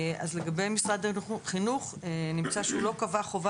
לגבי משרד החינוך נמצא שהוא לא קבע חובה